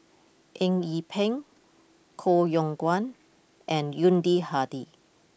Eng Yee Peng Koh Yong Guan and Yuni Hadi